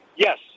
Yes